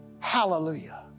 Hallelujah